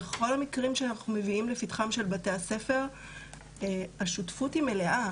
בכל המקרים שאנחנו מביאים לפתחם של בתי הספר השותפות היא מלאה,